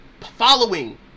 following